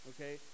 Okay